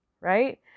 Right